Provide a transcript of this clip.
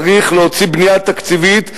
צריך להוציא בנייה תקציבית,